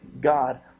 God